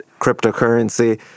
cryptocurrency